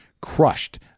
crushed